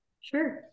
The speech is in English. Sure